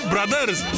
Brothers